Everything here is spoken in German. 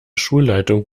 schulleitung